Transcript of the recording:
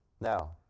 Now